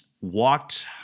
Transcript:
walked